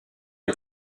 est